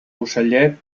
ocellet